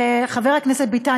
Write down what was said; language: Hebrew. חבר הכנסת ביטן,